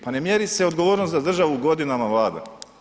Pa ne mjeri se odgovornost za državu godinama vlade.